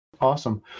Awesome